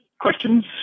Questions